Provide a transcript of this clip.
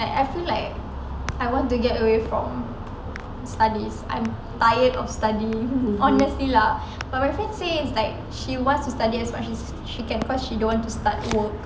like I feel like I want to get away from studies I'm tired of studying honestly lah but my friend say like she wants to study as much as can cause don't want to start work